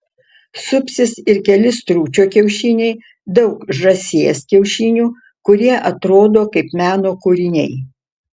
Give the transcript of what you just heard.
supsis ir keli stručio kiaušiniai daug žąsies kiaušinių kurie atrodo kaip meno kūriniai